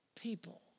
people